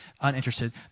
uninterested